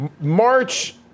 March